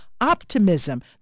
optimism